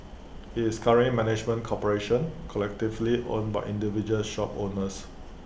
IT is currently management corporation collectively owned by individual shop owners